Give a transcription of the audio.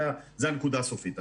זו הנקודה הסופית.